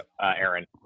Aaron